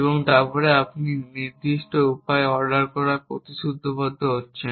এবং তারপরে আপনি তাদের নির্দিষ্ট উপায়ে অর্ডার করার প্রতিশ্রুতিবদ্ধ হচ্ছেন